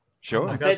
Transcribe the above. Sure